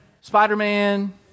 Spider-Man